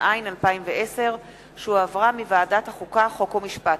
התש"ע 2010, שהחזירה ועדת החוקה, חוק ומשפט.